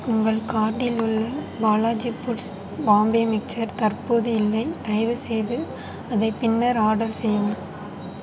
உங்கள் கார்ட்டில் உள்ள பாலாஜி ஃபுட்ஸ் பாம்பே மிக்ஸ்சர் தற்போது இல்லை தயவுசெய்து அதை பின்னர் ஆர்டர் செய்யவும்